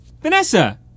Vanessa